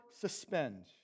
suspend